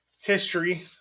history